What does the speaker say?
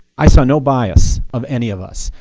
i saw no bias of any of us.